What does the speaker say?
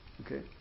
Okay